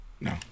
no